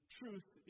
truth